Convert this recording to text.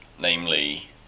namely